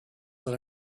that